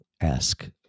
ask